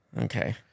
Okay